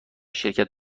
شرکت